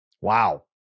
Wow